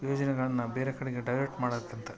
ಯೋಜನೆಗಳನ್ನು ಬೇರೆ ಕಡೆಗೆ ಡೈವರ್ಟ್ ಮಾಡೋದ್ಕಿಂತ